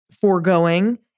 foregoing